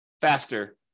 faster